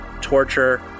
torture